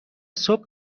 صبح